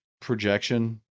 projection